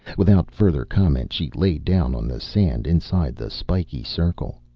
without further comment she lay down on the sand inside the spiky circle.